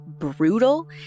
brutal